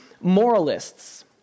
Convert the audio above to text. moralists